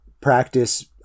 practice